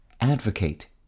advocate